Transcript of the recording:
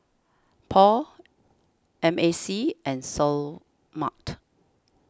Paul M A C and Seoul Mart